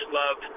love